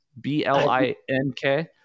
B-L-I-N-K